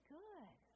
good